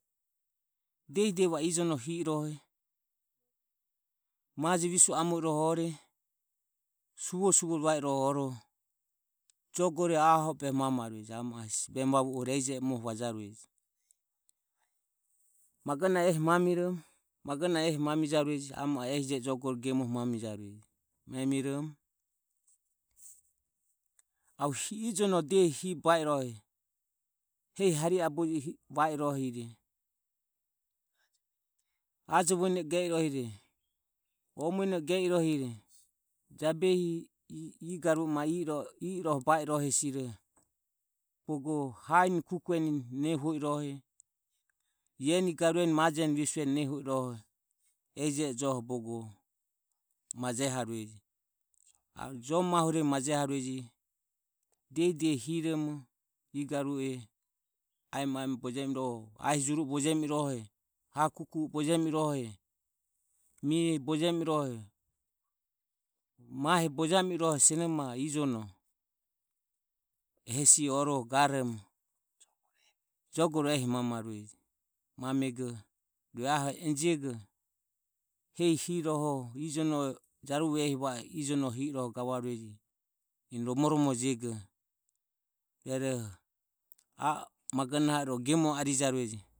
Diehi diehi va o ijono hi i rohe majo visue amo i rohe ore suvoro suvore va i rohe oroho jogore aho o behe mamarueje a hesi vemu vavuhuro magonahoho ehi mamiromo ama oho ehi je i jogore gemoho mamaruje memiromo arue ijono diehi hi be va i rohe hehi harihe aboje mobe va i rohire ajo vuene ge i rohire o o muene ge i rohire jabehi ie garue i mae i i rohe o ba i rohe bogo haeni o kukueni nue huo i rohe ieni garueni majo visueni nue huo i rohe ehi je e joho bogo majeharueje. Arue jo mahuremu majeharueje diehi diehi hiromo ie garue e aemo aeme bojemi i rohe o ahi juru e hae kukue bojemi i rohe mie bojemi i rohe mahe bojemi i rohe o mahe bojemi i rohe sionomaho ijono hesi oroho garomo jogoro ehi mamarueje. Mamego aho enijego diehi hirohoho ro jaruvo ehi ijino hirohe gavarueje eni romoromoro jego rueroho a o magonahe gemoro arijarueje.